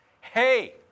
hey